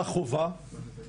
ורב הגדוד הזה,